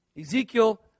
Ezekiel